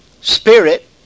spirit